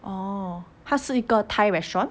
oh 它是一个 thai restaurant